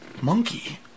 Monkey